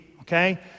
okay